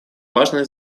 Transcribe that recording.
важные